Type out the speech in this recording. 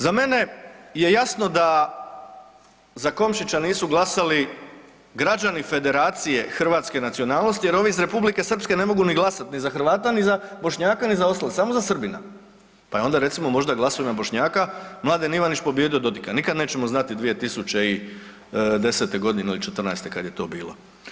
Za mene je jasno da za Komšića nisu glasali građani federacije hrvatske nacionalnosti jer ovi iz Republike Srpske ne mogu ni glasat ni za Hrvata, ni za Bošnjaka, ni za ostale samo za Srbina, pa je onda recimo možda glasovima Bošnjaka Mladen Ivanić pobijedio Dodika, nikad nećemo znati 2010. godine ili '14. kad je to bilo.